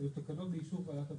תקנות באישור משרד הבריאות.